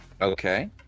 Okay